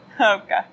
Okay